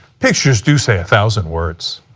pictures to say thousand words.